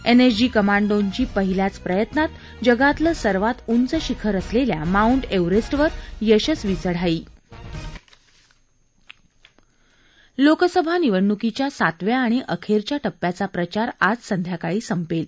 NSG कमांडोंची पहिल्याच प्रयत्नात जगातलं सर्वात उंच शिखर असलेल्या माउंट एव्हरेस्टवर यशस्वी चढाई लोकसभा निवडणुकीच्या सातव्या आणि अखेरच्या टप्प्याचा प्रचार आज संध्याकाळी संपेल